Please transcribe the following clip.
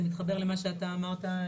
זה מתחבר למה שאתה אמרת,